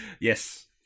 Yes